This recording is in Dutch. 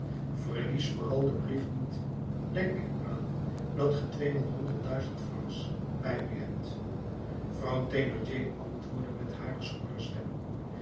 verlies vooral den brief niet denk er aan dat ge tweemaal honderd duizend francs bij u hebt vrouw thénardier antwoordde met hare schorre stem